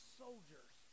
soldiers